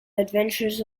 adventures